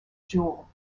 jewel